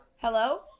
Hello